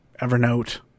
Evernote